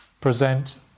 present